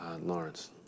Lawrence